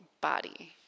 body